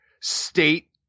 state